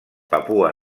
papua